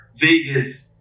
Vegas